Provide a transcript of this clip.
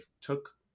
took